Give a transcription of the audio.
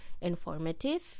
informative